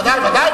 ציונות, ודאי.